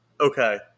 okay